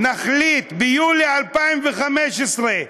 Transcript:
ביולי 2015,